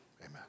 Amen